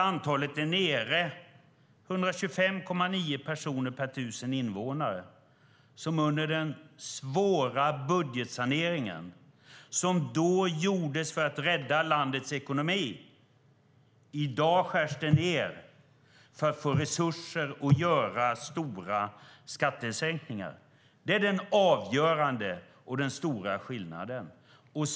Antalet är nere på 125,9 personer per 1 000 invånare, samma som under den svåra budgetsaneringen som gjordes för att rädda landets ekonomi. I dag skärs det ned för att få resurser till att göra stora skattesänkningar. Det är den avgörande och stora skillnaden.